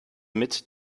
mit